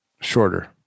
shorter